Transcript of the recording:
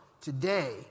today